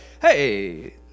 hey